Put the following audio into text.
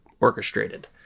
orchestrated